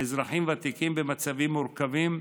לאזרחים ותיקים במצבים מורכבים,